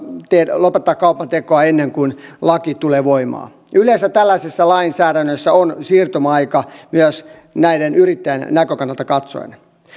voi lopettaa kaupantekoa ennen kuin laki tulee voimaan yleensä tällaisessa lainsäädännössä on siirtymäaika myös näiden yrittäjien näkökannalta katsoen